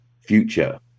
future